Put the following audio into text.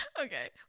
Okay